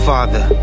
Father